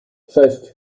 sześć